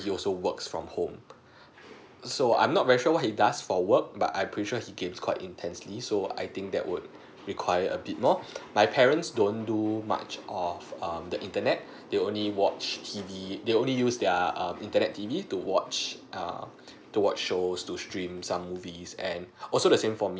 he also works from home so I'm not very sure what he does for work but I'm pretty sure he games quite intensely so I think that would require a bit more my parents don't do much err um the internet they only watch T_V they only use their um internet T_V to watch err to watch show to steams some movies and also the same for me